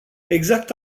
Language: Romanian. exact